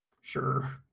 Sure